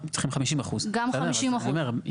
צריך 50%. גם 50%. אז אני אומר,